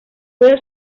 fue